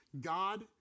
God